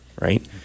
right